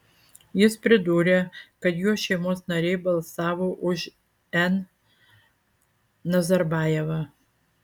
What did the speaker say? jis pridūrė kad ir jo šeimos nariai balsavo už n nazarbajevą